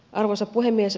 arvoisa puhemies